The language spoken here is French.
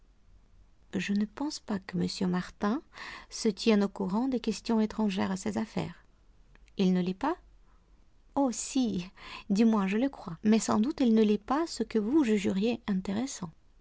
je ne pense pas que m martin se tienne au courant des questions étrangères à ses affaires il ne lit pas oh si du moins je le crois mais sans doute il ne lit pas ce que vous jugeriez intéressant